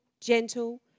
gentle